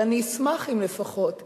אבל אני אשמח אם לפחות אחד,